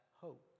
hope